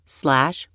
slash